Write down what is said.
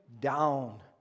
down